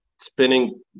spinning